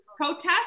protest